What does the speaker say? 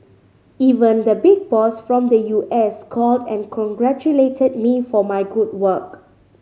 even the big boss from the U S called and congratulated me for my good work